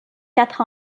quatre